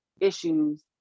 issues